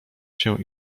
się